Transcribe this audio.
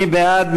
מי בעד?